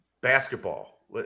Basketball